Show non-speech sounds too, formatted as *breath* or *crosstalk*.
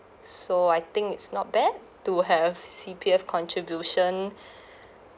so I think it's not bad to have C_P_F contribution *breath*